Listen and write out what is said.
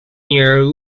year